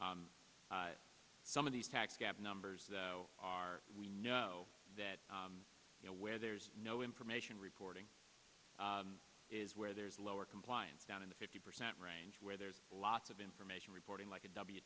some of the tax gap numbers that are we know that you know where there's no information reporting is where there's lower compliance down in the fifty percent range where there's a lot of information reporting like a w